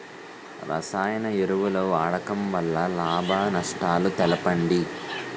రసాయన ఎరువుల వాడకం వల్ల లాభ నష్టాలను తెలపండి?